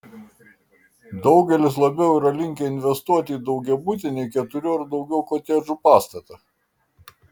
daugelis labiau yra linkę investuoti į daugiabutį nei keturių ar daugiau kotedžų pastatą